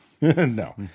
No